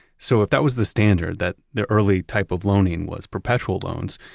so if that was the standard, that their early type of loaning was perpetual loans,